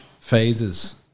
phases